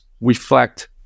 reflect